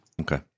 Okay